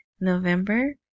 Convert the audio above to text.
November